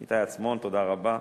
איתי עצמון, תודה רבה.